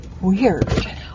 weird